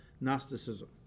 Gnosticism